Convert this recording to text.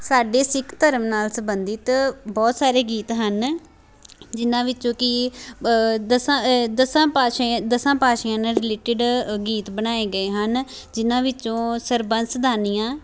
ਸਾਡੇ ਸਿੱਖ ਧਰਮ ਨਾਲ ਸੰਬੰਧਿਤ ਬਹੁਤ ਸਾਰੇ ਗੀਤ ਹਨ ਜਿਹਨਾਂ ਵਿੱਚੋਂ ਕਿ ਦਸਾਂ ਦਸਾਂ ਪਾਤਸ਼ਾਹੀਆ ਦਸਾਂ ਪਾਤਸ਼ਾਹੀਆਂ ਨਾਲ ਰਿਲੇਟਿਡ ਗੀਤ ਬਣਾਏ ਗਏ ਹਨ ਜਿਨ੍ਹਾਂ ਵਿੱਚੋਂ ਸਰਬੰਸਦਾਨੀਆਂ